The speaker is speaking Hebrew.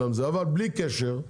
בלי קשר,